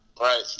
Right